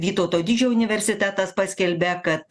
vytauto didžiojo universitetas paskelbė kad